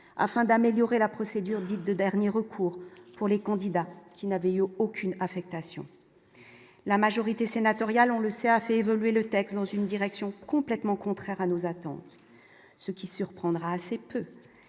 afin d'améliorer la procédure dite de dernier recours pour les candidats qui n'avaient aucune affectation la majorité sénatoriale, on le sait, a fait évoluer le texte dans une direction complètement contraire à nos attentes, ce qui surprendra assez peu